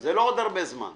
זה לא עוד הרבה זמן.